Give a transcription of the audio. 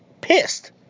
pissed